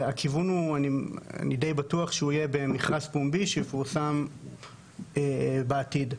הכיוון הוא מכרז פומבי שיפורסם בעתיד.